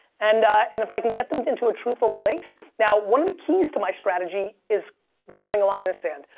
and and if i can get them into a truthful place. now one of the keys to my strategy is drawing a line in the sand.